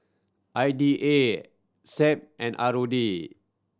I D A SEAB and R O D